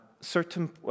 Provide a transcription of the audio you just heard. certain